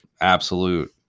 absolute